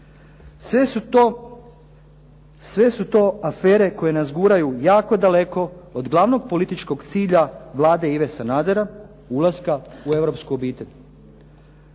Sve su to afere koje nas guraju jako daleko od glavnog političkog cilja Vlade Ive Sanadera, ulaska u europsku obitelj.